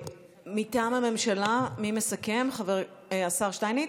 מטעם הממשלה, מי מסכם, השר שטייניץ?